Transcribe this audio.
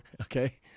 Okay